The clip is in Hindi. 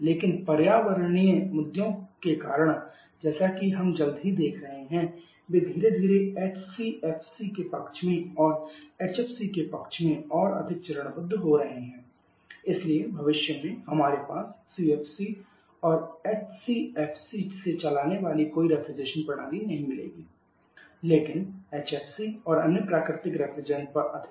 लेकिन पर्यावरणीय मुद्दों के कारण जैसा कि हम जल्द ही देख रहे हैं वे धीरे धीरे एचसीएफसी के पक्ष में और एचएफसी के पक्ष में और अधिक चरणबद्ध हो रहे हैं इसलिए भविष्य में हमारे पास सीएफसी और एचसीएफसी से चलाने वाली कोई रेफ्रिजरेशन प्रणाली नहीं मिलेगी लेकिन एचएफसी और अन्य प्राकृतिक रेफ्रिजरेंट पर अधिक